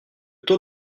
taux